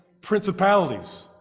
principalities